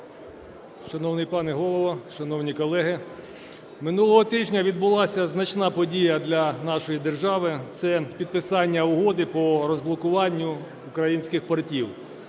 Шановний пане Голово! Шановні колеги! Минулого тижня відбулася значна подія для нашої держави – це підписання Угоди по розблокуванню українських портів.